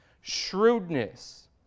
shrewdness